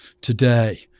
today